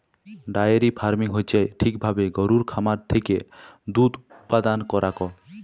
diary farming হচ্যে ঠিক ভাবে গরুর খামার থেক্যে দুধ উপাদান করাক